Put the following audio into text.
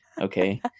Okay